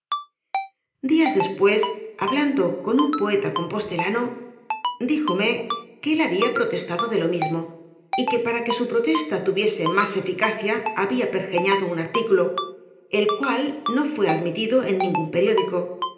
días después hablando con un poeta compostelano díjome que él había protestado de lo mismo y que para que su protesta tuviese más eficacia había pergeñado un artículo el cual no fué admitido en ningún periódico